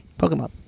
Pokemon